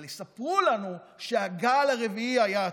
אבל יספרו לנו שהגל הרביעי היה הצלחה.